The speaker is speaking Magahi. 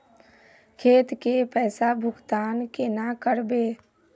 खेत के पैसा भुगतान केना करबे?